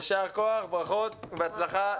יישר כוח, ברכות, בהצלחה.